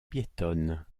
piétonne